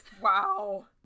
wow